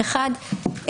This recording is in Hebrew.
אחד,